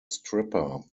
stripper